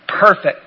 perfect